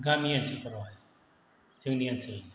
गामि ओनसोलफोरावहाय जोंनि ओनसोल